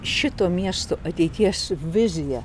šito miesto ateities vizija